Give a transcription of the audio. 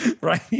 right